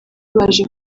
baje